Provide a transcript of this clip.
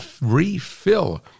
refill